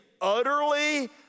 utterly